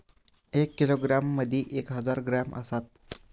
एक किलोग्रॅम मदि एक हजार ग्रॅम असात